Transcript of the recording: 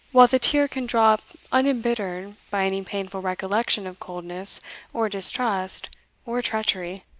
while the tear can drop unembittered by any painful recollection of coldness or distrust or treachery,